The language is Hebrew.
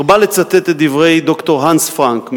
הרבה לצטט את דברי ד"ר הנס פרנק,